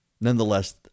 Nonetheless